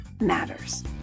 matters